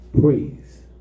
praise